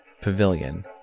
Pavilion